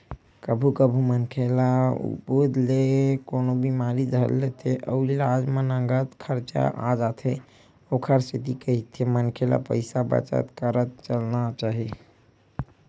कभू कभू मनखे ल उदुप ले कोनो बिमारी धर लेथे अउ इलाज म नँगत खरचा आ जाथे ओखरे सेती कहिथे मनखे ल पइसा बचत करत चलना चाही